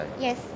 Yes